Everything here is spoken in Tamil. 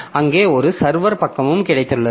அங்கே ஒரு சர்வர் பக்கமும் கிடைத்துள்ளது